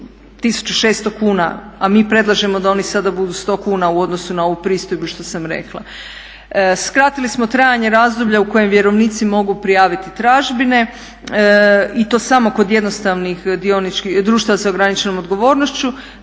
600 kuna, a mi predlažemo da oni sada budu 100 kuna u odnosu na ovu pristojbu što sam rekla. Skratili smo trajanje razdoblja u kojem vjerovnici mogu prijaviti tražbine i to samo kod jednostavnih društva sa ograničenom odgovornošću